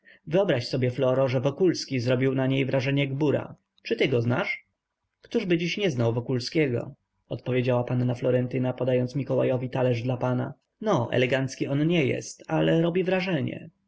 wyobraź sobie floro że wokulski zrobił na niej wrażenie gbura czy ty go znasz któżby dziś nie znał wokulskiego odpowiedziała panna florentyna podając mikołajowi talerz dla pana no elegancki on nie jest ale robi wrażenie